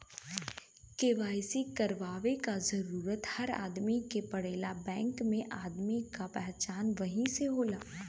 KYC करवाये क जरूरत हर आदमी के पड़ेला बैंक में आदमी क पहचान वही से होला